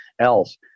else